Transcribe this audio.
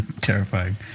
Terrifying